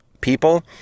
people